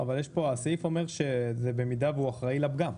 הסעיף אומר שזה במידה והוא אחראי לפגם.